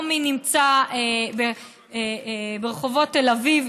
לא מי נמצא ברחובות תל אביב,